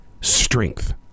strength